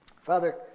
Father